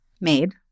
made